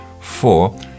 Four